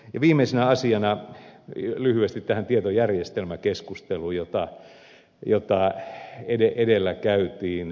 viimeisenä asiana lyhyesti tähän tietojärjestelmäkeskusteluun jota edellä käytiin